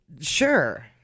sure